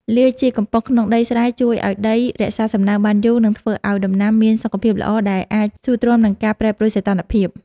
លាយជីកំប៉ុសក្នុងដីស្រែជួយឱ្យដីរក្សាសំណើមបានយូរ និង ធ្វើឱ្យដំណាំមានសុខភាពល្អដែលអាចស៊ូទ្រាំនឹងការប្រែប្រួលសីតុណ្ហភាព។